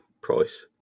price